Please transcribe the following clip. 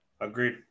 Agreed